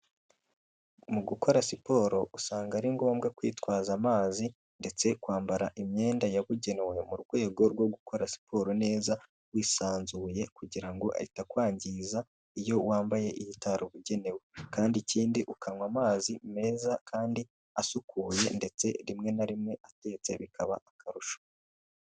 Mu gukora siporo usanga ari ngombwa kwitwaza amazi ndetse kwambara imyenda yabugenewe mu rwego rwo gukora siporo neza wisanzuye kugirango ahita atakwangiza, iyo wambaye ibitarabugenewe kandi ikindi ukanywa amazi meza kandi asukuye ndetse rimwe na rimwe atetse bikaba akarusho.